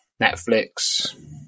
Netflix